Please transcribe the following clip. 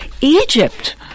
Egypt